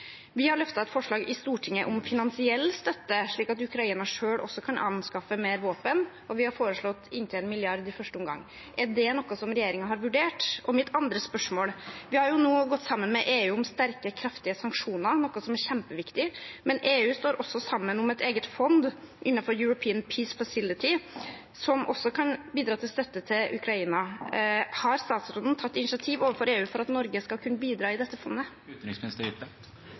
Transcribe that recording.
Vi har løftet et forslag i Stortinget om finansiell støtte, slik at Ukraina selv også kan anskaffe flere våpen, og vi har foreslått inntil 1 mrd. kr i første omgang. Er det noe regjeringen har vurdert? Så til mitt andre spørsmål: Vi har nå gått sammen med EU om sterke og kraftige sanksjoner, noe som er kjempeviktig, men EU står også sammen om et eget fond innenfor European Peace Facility, som også kan bidra til støtte til Ukraina. Har utenriksministeren tatt initiativ overfor EU for at Norge skal kunne bidra i dette fondet?